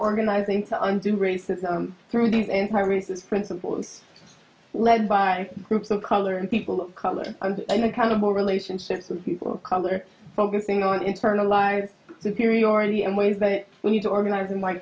organizing to undo racism through these anti racist principles led by groups of color and people of color and in a kind of more relationships with people of color focusing on internalized superiority in ways that we need to organize